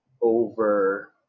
over